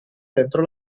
dentro